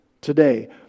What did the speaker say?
today